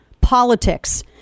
politics